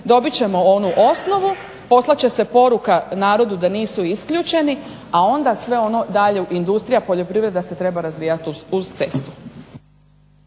dobit ćemo onu osnovu, poslat će se poruka narodu da nisu isključeni, a onda sve ono dalje industrija, poljoprivreda se treba razvijati uz cestu.